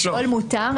לשאול מותר,